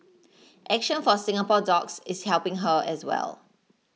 action for Singapore Dogs is helping her as well